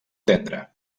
tendra